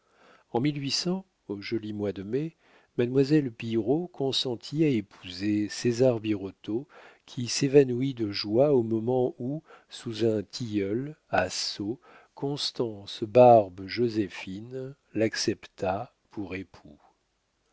en au joli mois de mai mademoiselle pillerault consentit à épouser césar birotteau qui s'évanouit de joie au moment où sous un tilleul à sceaux constance barbe joséphine l'accepta pour époux